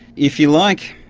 if you like,